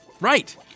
Right